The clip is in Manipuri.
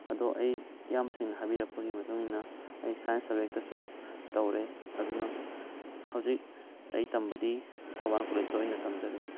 ꯑꯗꯣ ꯑꯩ ꯏꯌꯥꯝꯕ ꯁꯤꯡꯅ ꯍꯥꯏꯕꯤꯔꯛꯄꯒꯤ ꯃꯇꯨꯡ ꯏꯟꯅ ꯑꯩ ꯁꯥꯏꯟꯁ ꯁꯕꯖꯦꯛꯇ ꯁꯨꯝ ꯇꯧꯔꯦ ꯑꯗꯨꯅ ꯍꯧꯖꯤꯛ ꯑꯩ ꯇꯝꯕꯗꯤ ꯊꯧꯕꯥꯜ ꯀꯣꯂꯦꯖꯇ ꯑꯣꯏꯅ ꯇꯝꯖꯔꯦ